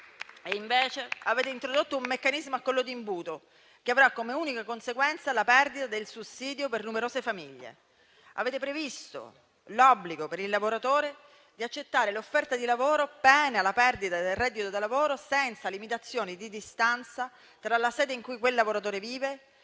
Invece, avete introdotto un meccanismo a collo di imbuto che avrà come unica conseguenza la perdita del sussidio per numerose famiglie. Avete previsto l'obbligo per il lavoratore di accettare l'offerta di lavoro, pena la perdita del reddito da lavoro, senza limitazioni di distanza tra la sede in cui quel lavoratore vive ed